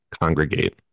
congregate